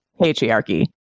patriarchy